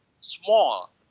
small